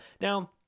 Now